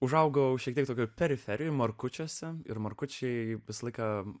užaugau šiek tiek tokioje periferijoje markučiuose ir markučiai visą laiką